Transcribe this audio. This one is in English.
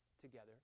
together